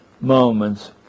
moments